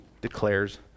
declares